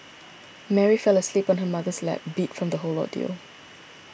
Mary fell asleep on her mother's lap beat from the whole ordeal